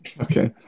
Okay